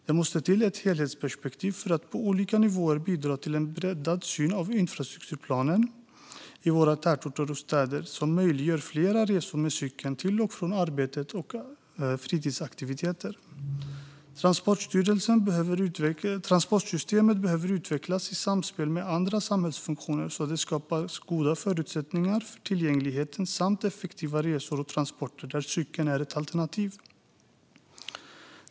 Det behövs ett helhetsperspektiv för att på olika nivåer bidra till en breddad syn på infrastrukturplaneringen i våra tätorter och städer som möjliggör fler resor med cykel till och från arbete och fritidsaktiviteter. Transportsystemet behöver utvecklas i samspel med andra samhällsfunktioner, så att det skapas goda förutsättningar för tillgänglighet och effektiva resor och transporter där cykel är ett alternativ.